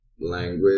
Language